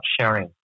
sharing